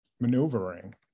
maneuvering